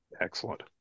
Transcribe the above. Excellent